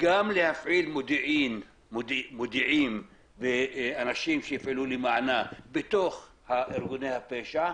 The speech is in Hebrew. גם להפעיל מודיעין ואנשים שיפעלו למענה בתוך ארגוני הפשע,